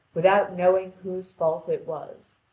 without knowing whose fault it was.